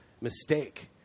mistake